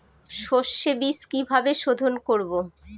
সর্ষে বিজ কিভাবে সোধোন করব?